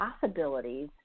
possibilities